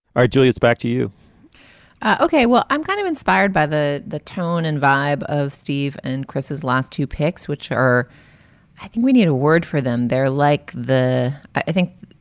julie, it's back to you ok. well, i'm kind of inspired by the the tone and vibe of steve and chris's last two picks, which are i think we need a word for them. they're like the i think